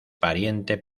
pariente